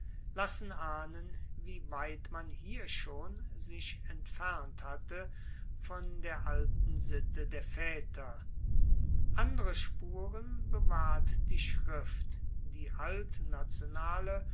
lassen ahnen wie weit man hier schon sich entfernt hatte von der alten sitte der vaeter andere spuren bewahrt die schrift die altnationale